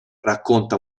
racconta